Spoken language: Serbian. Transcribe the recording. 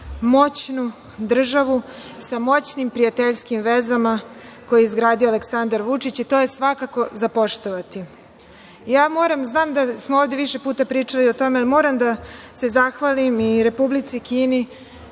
moćnu državu sa moćnim prijateljskim vezama koje je izgradio Aleksandar Vučić, i to je svakako za poštovati. Znam da smo ovde više puta pričali o tome, ali moram da se zahvalim i Republici Kini